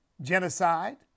genocide